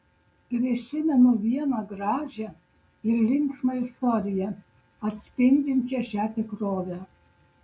prisimenu vieną gražią ir linksmą istoriją atspindinčią šią tikrovę